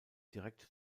direkt